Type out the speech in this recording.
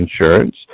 insurance